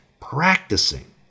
Practicing